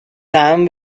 sam